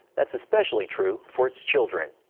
that is especially true for its children.